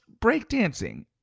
breakdancing